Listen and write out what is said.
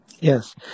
Yes